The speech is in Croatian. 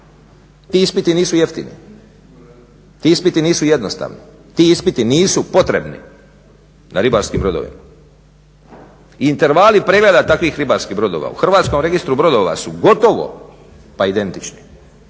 Ti ispiti nisu jeftini, ti ispiti nisu jednostavni, ti ispiti nisu potrebni na ribarskim brodovima. I intervali pregleda takvih ribarskih brodova u Hrvatskom registru brodova su gotovo pa identični